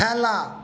খেলা